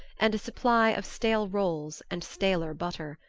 and a supply of stale rolls and staler butter.